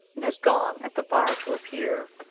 and has gone at the bar to appear.